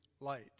light